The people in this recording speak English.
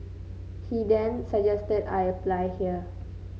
he then suggested I apply here